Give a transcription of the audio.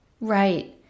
Right